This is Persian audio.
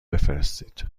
بفرستید